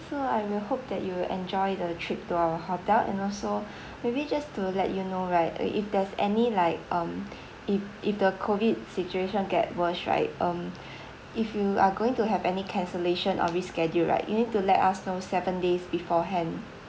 so I will hope that you will enjoy the trip to our hotel and also maybe just to let you know right uh if there's any like um if if the COVID situation get worse right um if you are going to have any cancellation or reschedule right you need to let us know seven days beforehand